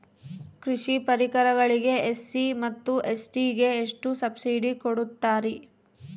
ಕೃಷಿ ಪರಿಕರಗಳಿಗೆ ಎಸ್.ಸಿ ಮತ್ತು ಎಸ್.ಟಿ ಗೆ ಎಷ್ಟು ಸಬ್ಸಿಡಿ ಕೊಡುತ್ತಾರ್ರಿ?